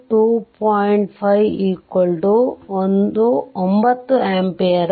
59 ampere